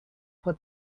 put